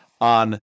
on